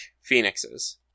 phoenixes